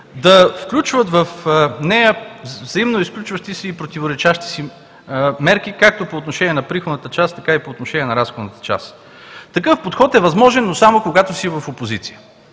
включват в нея взаимно изключващи се и противоречащи си мерки както по отношение на приходната част, така и по отношение на разходната част. Такъв подход е възможен, но само когато си в опозиция.